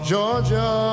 Georgia